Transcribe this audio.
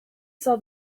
saw